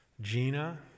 Gina